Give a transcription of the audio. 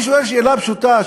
אני שואל שאלה פשוטה,